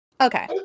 Okay